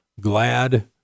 glad